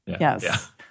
Yes